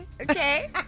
Okay